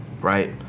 right